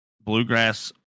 bluegrass